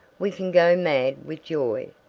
we can go mad with joy,